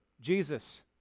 Jesus